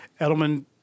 Edelman